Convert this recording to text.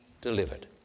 delivered